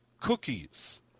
cookies